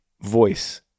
voice